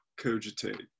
cogitate